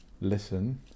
listen